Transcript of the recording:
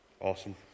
Awesome